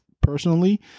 personally